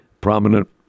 prominent